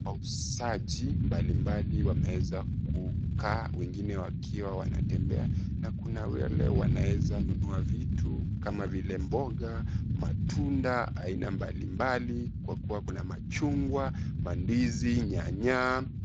Wauzaji mbalimbali wameweza kukaa wengine wakiwa wanatembea, na kuna wale wanaweza nunua vitu kama vile mboga, matunda aina mbalimbali kwa kuwa kuna machungwa, mandizi, nyanya.